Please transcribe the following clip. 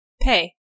pay